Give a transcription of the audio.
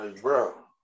bro